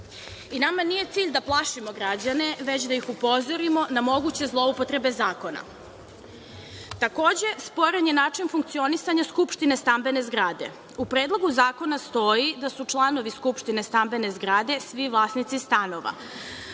Nama nije cilj da plašimo građane, već da ih upozorimo na moguće zloupotrebe zakona. Takođe, sporan je način funkcionisanja skupštine stambene zgrade. U Predlogu zakona stoji da su članovi skupštine stambene zgrade svi vlasnici stanova,